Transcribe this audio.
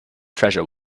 treasure